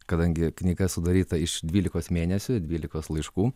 kadangi knyga sudaryta iš dvylikos mėnesių dvylikos laiškų